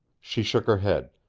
she shook her head.